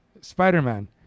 Spider-Man